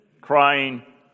crying